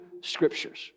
scriptures